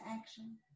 action